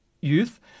youth